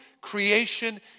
creation